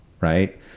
Right